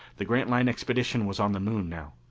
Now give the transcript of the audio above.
the grantline expedition was on the moon now.